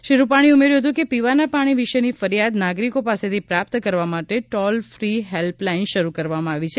શ્રી રૂપાણીએ ઉમેર્યું હતું કે પીવાના પાણી વિશેની ફરિયાદ નાગરિકો પાસેથી પ્રાપ્ત કરવા માટે ટોલ ફી હેલ્પલાઇન શરૂ કરવામાં આવી છે